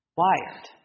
wired